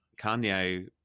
Kanye